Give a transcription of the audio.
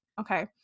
Okay